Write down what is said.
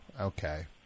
Okay